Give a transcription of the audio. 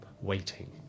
waiting